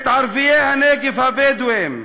את ערביי הנגב הבדואים,